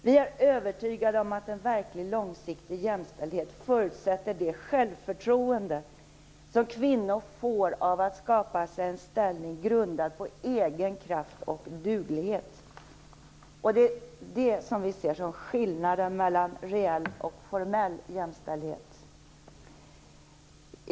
Vi är övertygade om att en verklig långsiktig jämställdhet förutsätter det självförtroende som kvinnor får av att skapa sig en ställning grundad på egen kraft och duglighet. Det är det som vi ser som skillnaden mellan reell och formell jämställdhet.